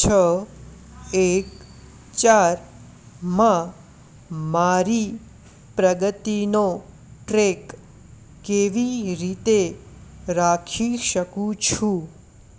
છ એક ચાર માં મારી પ્રગતિનો ટ્રેક કેવી રીતે રાખી શકું છું